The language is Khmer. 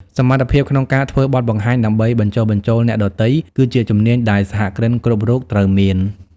សមត្ថភាពក្នុងការធ្វើបទបង្ហាញដើម្បីបញ្ចុះបញ្ចូលអ្នកដទៃគឺជាជំនាញដែលសហគ្រិនគ្រប់រូបត្រូវមាន។